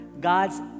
God's